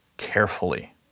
carefully